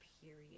period